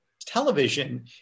television